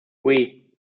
oui